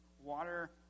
water